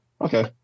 Okay